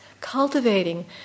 Cultivating